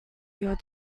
your